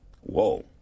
Whoa